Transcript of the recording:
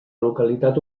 localitat